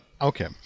Okay